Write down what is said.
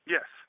Yes